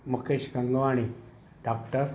Mukesh Gangwani doctor